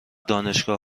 دانشگاه